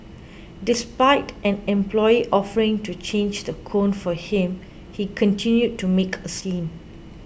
despite an employee offering to change the cone for him he continued to make a scene